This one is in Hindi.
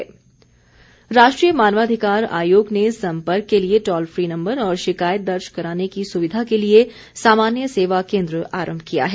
राष्ट्रीय मानवाधिकार आयोग हेल्पलाइन राष्ट्रीय मानवाधिकार आयोग ने सम्पर्क के लिए टोल फ्री नंबर और शिकायत दर्ज कराने की सुविधा के लिए सामान्य सेवा केन्द्र आरंभ किया है